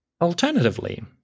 Alternatively